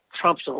Trump's